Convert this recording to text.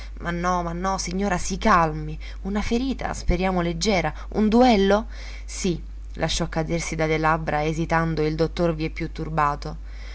ma no ma no signora si calmi una ferita speriamo leggera un duello sì lasciò cadersi dalle labbra esitando il dottore vieppiù turbato